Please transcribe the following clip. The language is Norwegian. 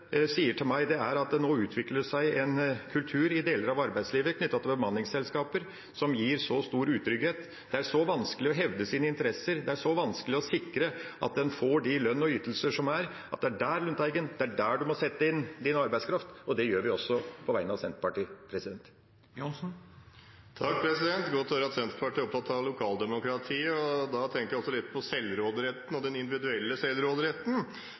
sier til meg, er at det nå utvikler seg en kultur i deler av arbeidslivet, knyttet til bemanningsselskap, som gir så stor utrygghet, gjør det så vanskelig å hevde sine interesser, så vanskelig å sikre at en får den lønna og de ytelsene som er, at det er der, Lundteigen, du må sette inn din arbeidskraft. Og det gjør jeg også, på vegne av Senterpartiet. Det er godt å høre at Senterpartiet er opptatt av lokaldemokratiet. Da tenker jeg også litt på selvråderetten og den individuelle selvråderetten.